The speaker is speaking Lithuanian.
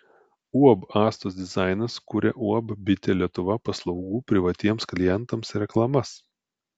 uab astos dizainas kuria uab bitė lietuva paslaugų privatiems klientams reklamas